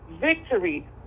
victory